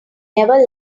never